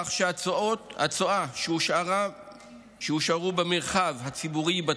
כך שהצואה שהושארה במרחב הציבורי תיבדק,